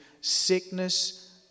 Sickness